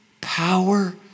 power